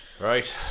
Right